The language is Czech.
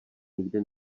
nikdy